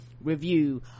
review